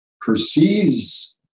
perceives